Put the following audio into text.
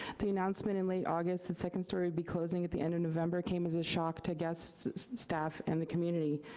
the announcement in late august that second story would be closing at the end of november came as a shock to guests, staff, and the community.